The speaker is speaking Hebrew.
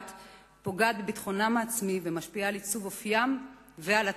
פוגעת בביטחונם העצמי ומשפיעה על עיצוב אופיים ועל עתידם.